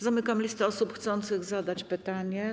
Zamykam listę osób chcących zadać pytanie.